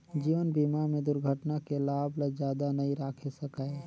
जीवन बीमा में दुरघटना के लाभ ल जादा नई राखे सकाये